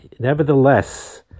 Nevertheless